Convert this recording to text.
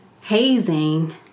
hazing